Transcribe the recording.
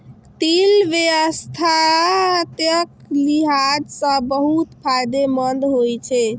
तिल स्वास्थ्यक लिहाज सं बहुत फायदेमंद होइ छै